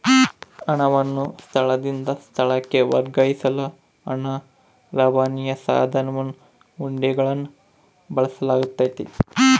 ಹಣವನ್ನು ಸ್ಥಳದಿಂದ ಸ್ಥಳಕ್ಕೆ ವರ್ಗಾಯಿಸಲು ಹಣ ರವಾನೆಯ ಸಾಧನವಾಗಿ ಹುಂಡಿಗಳನ್ನು ಬಳಸಲಾಗ್ತತೆ